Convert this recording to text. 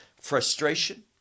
frustration